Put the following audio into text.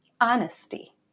honesty